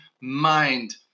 mind